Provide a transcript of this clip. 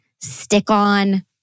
stick-on